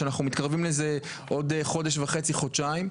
שאנחנו מתקרבים לזה עוד חודש וחצי חודשיים,